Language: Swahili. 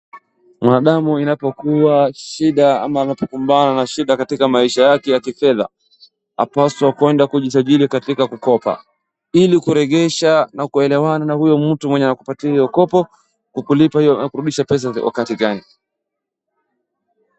Mwanadamu inapokuwa shida ama anapokumbana na shida katika maisha yake ya kifedha, apaswa kwenda kujisajili katika kukopa ili kuregesha na kuelewana na huyu mtu mwenye anakupatia hiyo mkopo, kurudisha pesa wakati gani.